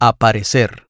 Aparecer